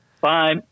Bye